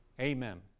Amen